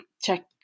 check